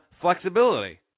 flexibility